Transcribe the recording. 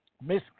Miss